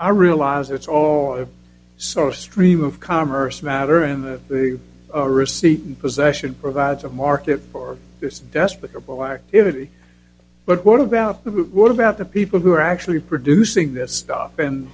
i realize it's all sort of stream of commerce matter and the receipt and possession provides a market for this desperate herbal activity but what about it what about the people who are actually producing this stuff and